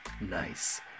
Nice